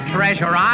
Treasure